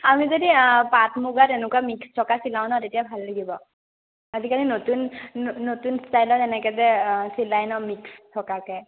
আমি যদি পাট মুগা তেনেকুৱা মিক্স থকা চিলাওঁ ন তেতিয়া ভাল লাগিব আজিকালি নতুন নতুন ষ্টাইলত এনেকে যে চিলাই ন মিক্স থকাকে